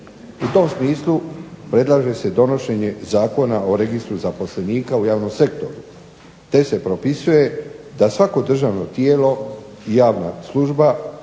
U tom smislu predlaže se donošenje Zakona o registru zaposlenika u javnom sektoru, te se propisuje da svako državno tijelo i javna služba